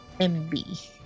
MB